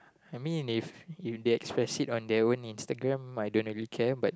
I mean if if they express it on their own Instagram I don't really care but